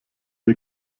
der